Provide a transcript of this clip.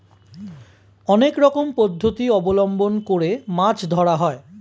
অনেক রকম পদ্ধতি অবলম্বন করে মাছ ধরা হয়